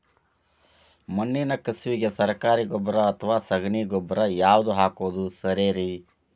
ಮಣ್ಣಿನ ಕಸುವಿಗೆ ಸರಕಾರಿ ಗೊಬ್ಬರ ಅಥವಾ ಸಗಣಿ ಗೊಬ್ಬರ ಯಾವ್ದು ಹಾಕೋದು ಸರೇರಿ?